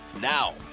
Now